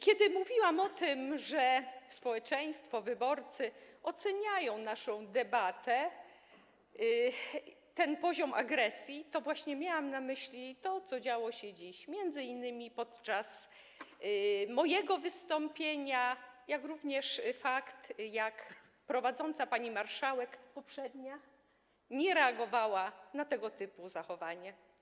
Kiedy mówiłam o tym, że społeczeństwo, wyborcy oceniają naszą debatę, ten poziom agresji, to miałam na myśli właśnie to, co działo się dziś, m.in. podczas mojego wystąpienia, jak również fakt, że prowadząca obrady pani marszałek - poprzednia - nie reagowała na tego typu zachowanie.